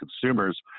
consumers